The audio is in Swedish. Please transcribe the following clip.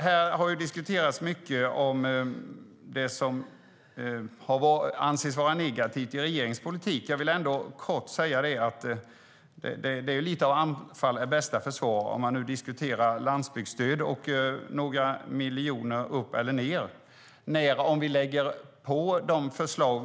Här har diskuterats mycket om det som anses vara negativt i regeringens politik. Jag vill kort säga att det är lite av anfall är bästa försvar att nu diskutera landsbygdsstöd och några miljoner mer eller mindre.